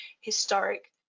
historic